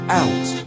out